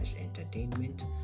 Entertainment